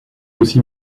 aussi